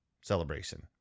celebration